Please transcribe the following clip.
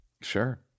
Sure